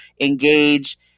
engage